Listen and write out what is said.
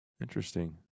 interesting